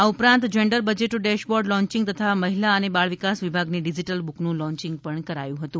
આ ઉપરાંત gender budget dashboard launching તથા મહિલા અને બાળ વિકાસ વિભાગની ડીજીટલ બુકનું લોન્ચિંગ પણકરાયું હતું